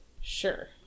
Sure